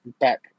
back